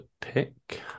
pick